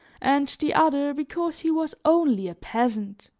and the other because he was only a peasant